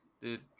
Dude